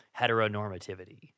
heteronormativity